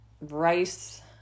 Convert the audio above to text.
rice